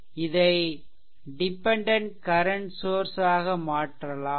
இதை dependent current சோர்ஸ்ஆக மாற்றலாம்